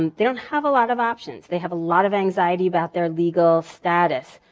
um they don't have a lot of options. they have a lot of anxiety about their legal status.